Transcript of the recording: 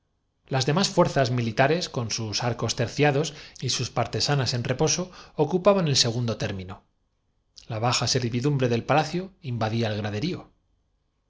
las demás fuerzas militares con sus arcos terciados y sus partesanas en reposo ocupaban el segundo término la baja servi dumbre del palacio invadía el graderío